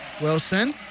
Wilson